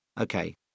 Okay